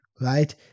right